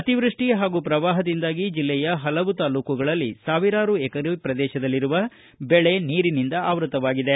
ಅತೀವೃಷ್ಟಿ ಹಾಗೂ ಪ್ರವಾಹದಿಂದಾಗಿ ಜಿಲ್ಲೆಯ ಹಲವು ತಾಲ್ಲೂಕುಗಳಲ್ಲಿ ಸಾವಿರಾರು ಎಕರೆ ಪ್ರದೇಶದಲ್ಲಿ ಬೆಳೆ ನೀರಿನಿಂದ ಆವೃತ್ತವಾಗಿದೆ